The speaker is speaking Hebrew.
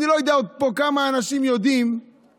אני לא יודע עוד כמה אנשים פה יודעים מה